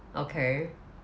okay